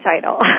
title